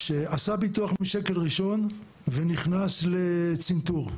שעשה ביטוח משקל ראשון ונכנס לצנתור.